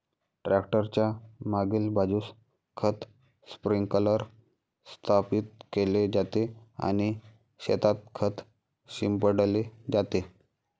tractor च्या मागील बाजूस खत स्प्रिंकलर स्थापित केले जाते आणि शेतात खत शिंपडले जाते